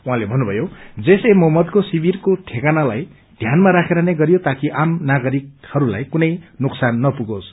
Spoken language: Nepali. उहाँले भन्नुभयो जैस ए मोहम्मदको शिविरको ठिकानालाइई ध्यानामा राखेर नै गरियो ताकि आम नागरिकहरूलाई कुनै नोक्सान नपुगुन्